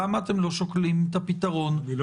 למה אתם לא שוקלים את הפתרון --- אני לא